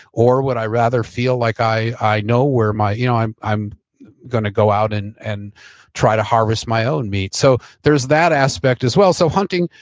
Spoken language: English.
or would i rather feel like i i know where my, you know i'm i'm going to go out and and try to harvest my own meat. so there's that aspect as well, so hunting,